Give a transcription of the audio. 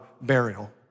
burial